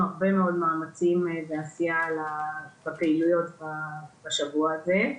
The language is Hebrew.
הרבה מאוד מאמצים ועשייה ובפעילויות בשבוע הזה.